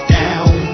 down